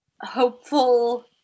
hopeful